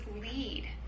lead